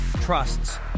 trusts